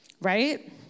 right